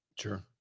Sure